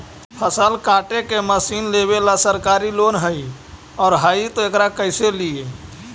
फसल काटे के मशीन लेबेला सरकारी लोन हई और हई त एकरा कैसे लियै?